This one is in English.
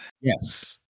yes